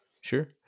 Sure